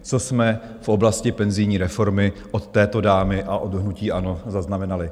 Co jsme v oblasti penzijní reformy od této dámy a od hnutí ANO zaznamenali?